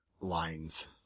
lines